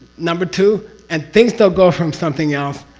number two and things don't grow from something else